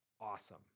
awesome